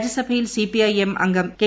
രാജ്യസ്ട്യിൽ സിപിഐഎം അംഗം കെ